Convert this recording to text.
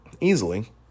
easily